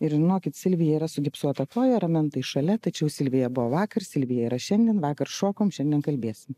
ir žinokit silvija yra sugipsuota koja ramentai šalia tačiau silvija buvo vakar silvija yra šiandien vakar šokom šiandien kalbėsim